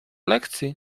lekcji